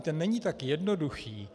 Ten není tak jednoduchý.